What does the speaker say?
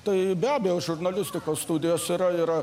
tai be abejo žurnalistikos studijos yra yra